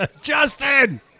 Justin